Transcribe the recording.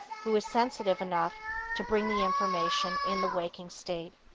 who is sensitive enough to bring the information in the waking state.